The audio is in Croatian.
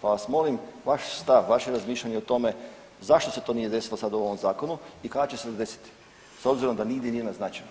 pa vas molim vaš stav, vaše razmišljanje o tome zašto se to nije desilo u ovom zakonu i kada će se desiti s obzirom da nigdje nije naznačeno?